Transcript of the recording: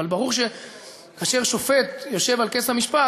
אבל ברור שכאשר שופט יושב על כס המשפט,